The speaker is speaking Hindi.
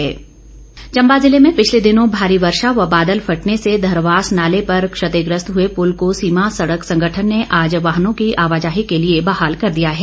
पुल बहाल चम्बा जिले में पिछले दिनों भारी वर्षा व बादल फटने से धरवास नाले पर क्षतिग्रस्त हुए पुल को सीमा सड़क संगठन ने आज वाहनों की आवाजाही के लिए बहाल कर दिया गया है